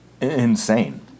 Insane